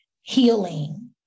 healing